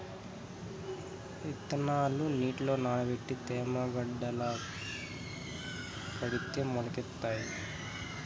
ఇత్తనాలు నీటిలో నానబెట్టి తేమ గుడ్డల కడితే మొలకెత్తుతాయి